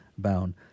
Bound